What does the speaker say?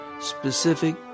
Specific